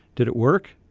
did it work?